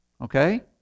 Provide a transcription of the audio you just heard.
Okay